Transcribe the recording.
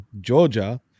Georgia